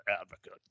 advocate